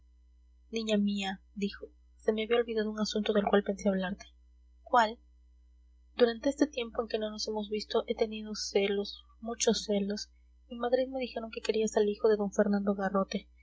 niña mía dijo se me había olvidado un asunto del cual pensé hablarte cuál durante este tiempo en que no nos hemos visto he tenido celos muchos celos en madrid me dijeron que querías al hijo de d fernando garrote